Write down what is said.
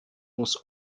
muss